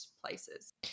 places